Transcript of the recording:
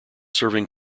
serving